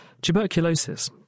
Tuberculosis